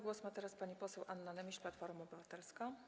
Głos ma teraz pani poseł Anna Nemś, Platforma Obywatelska.